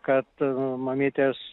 kad mamytės